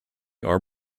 are